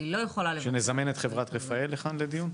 --- שנזמן את חברת "רפאל" לכאן לדיון?